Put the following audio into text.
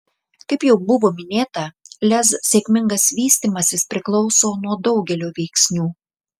kaip jau buvo minėta lez sėkmingas vystymasis priklauso nuo daugelio veiksnių